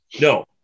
No